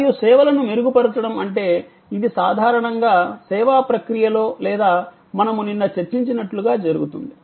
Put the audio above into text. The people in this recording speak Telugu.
మరియు సేవలను మెరుగుపరచడం అంటే ఇది సాధారణంగా సేవా ప్రక్రియలో లేదా మనము నిన్న చర్చించినట్లుగా జరుగుతుంది